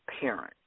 parent